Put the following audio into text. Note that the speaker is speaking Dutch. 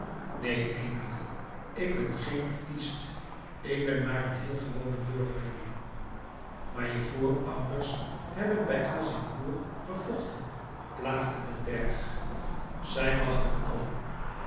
neen emilie ik ben geen artist ik ben maar een heel gewone burgerjongen maar je voorouders hebben bij azincourt gevochten plaagde den bergh louis couperus metamorfoze zij lachten allen